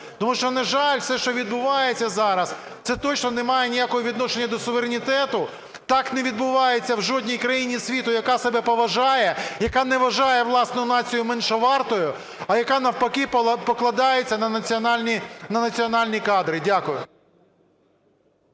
Тому що, на жаль, все, що відбувається зараз, це точно не має ніякого відношення до суверенітету. Так не відбувається в жодній країні світу, яка себе поважає, яка не вважає власну націю меншовартою, а яка навпаки покладається на національні кадри. Дякую.